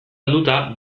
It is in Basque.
helduta